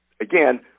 again